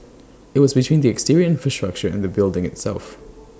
IT was between the exterior infrastructure and the building itself